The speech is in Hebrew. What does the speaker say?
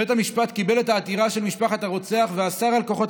בית המשפט קיבל את העתירה של משפחת הרוצח ואסר על כוחות